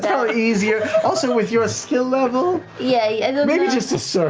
that's probably easier. also, with your skill level, yeah maybe just a so